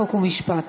חוק ומשפט